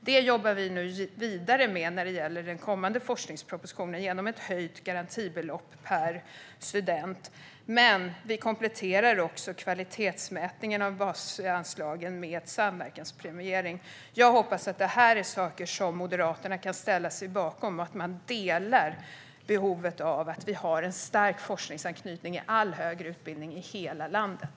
Detta jobbar vi nu vidare med när det gäller den kommande forskningspropositionen, genom ett höjt garantibelopp per student, men vi kompletterar också kvalitetsmätningarna av basanslagen med samverkanspremiering. Jag hoppas att detta är sådant som Moderaterna kan ställa sig bakom och att man delar synen att vi behöver en stark forskningsanknytning i all högre utbildning i hela landet.